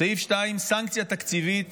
סעיף שני, סנקציה תקציבית